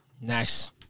Nice